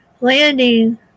landing